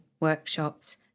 workshops